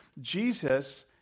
Jesus